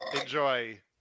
enjoy